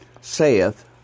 saith